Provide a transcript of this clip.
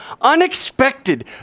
unexpected